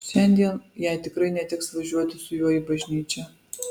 šiandien jai tikrai neteks važiuoti su juo į bažnyčią